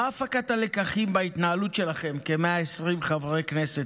מהי הפקת הלקחים בהתנהלות שלכם כ-120 חברי כנסת,